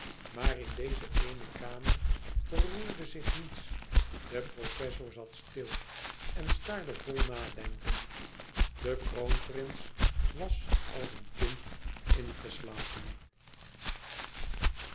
maar in deze ééne kamer verroerde zich niets de professor zat stil en staarde vol nadenken de kroonprins was als een kind ingeslapen